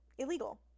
illegal